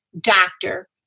doctor